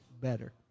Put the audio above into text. better